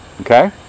Okay